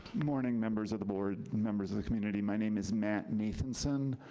morning, members of the board, members of the community. my name is matt nathanson.